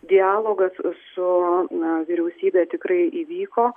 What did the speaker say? dialogas su na vyriausybe tikrai įvyko